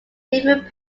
different